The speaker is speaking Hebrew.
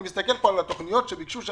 אני מסתכל על התוכניות שהם ביקשו,